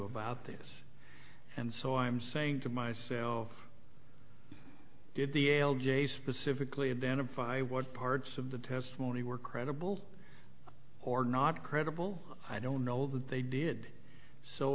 about this and so i'm saying to myself did the l j specifically identify what parts of the testimony were credible or not credible i don't know that they did so